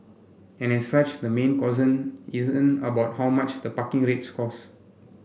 and as such the main concern isn't about how much the parking rates cost